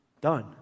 Done